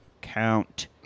count